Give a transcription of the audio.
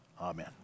Amen